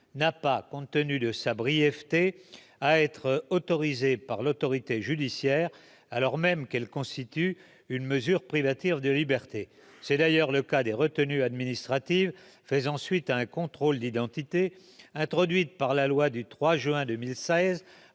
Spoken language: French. n'a pas, compte tenu de sa brièveté, à être autorisée par l'autorité judiciaire, alors même qu'elle constitue une mesure privative de liberté. C'est d'ailleurs le cas des retenues administratives faisant suite à un contrôle d'identité, introduites par la loi du 3 juin 2016